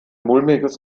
mulmiges